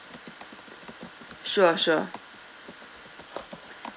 sure sure